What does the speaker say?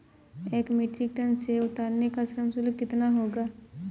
एक metric ton सेव उतारने का श्रम शुल्क कितना होगा?